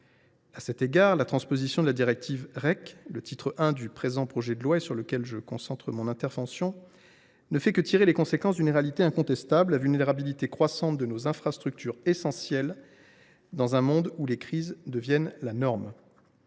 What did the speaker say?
À cet égard, la transposition de la directive REC dans le titre I du présent projet de loi, sur lequel je concentrerai mon intervention, ne fait que tirer les conséquences d’une réalité incontestable : la vulnérabilité croissante de nos infrastructures essentielles dans un monde où les crises deviennent la norme.